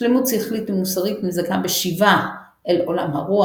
שלמות שכלית ומוסרית מזכה בשיבה אל עולם הרוח,